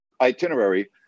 itinerary